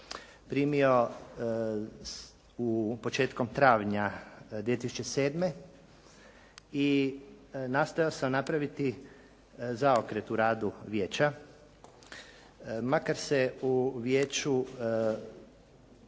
primio početkom travnja 2007. i nastojao sam napraviti zaokret u radu Vijeća makar se u Vijeću